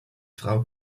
frau